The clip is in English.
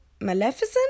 Maleficent